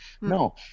no